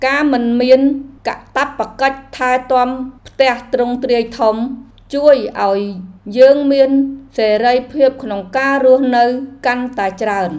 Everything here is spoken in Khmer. ការមិនមានកាតព្វកិច្ចថែទាំផ្ទះទ្រង់ទ្រាយធំ ជួយឱ្យយើងមានសេរីភាពក្នុងការរស់នៅកាន់តែច្រើន។